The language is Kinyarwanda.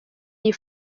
iyi